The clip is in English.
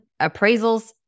appraisals